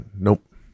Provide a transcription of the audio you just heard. Nope